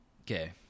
Okay